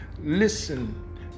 Listen